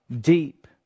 deep